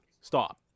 Stop